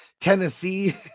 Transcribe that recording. Tennessee